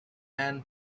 and